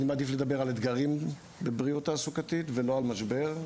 אני מעדיף לדבר על אתגרים בבריאות תעסוקתית ולא על משבר.